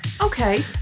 Okay